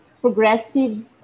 progressive